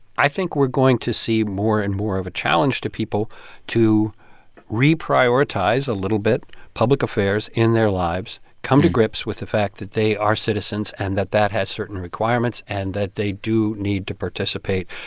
i think we're going to see more and more of a challenge to people to reprioritize, a little bit, public affairs in their lives, come to grips with the fact that they are citizens and that that has certain requirements and that they do need to participate,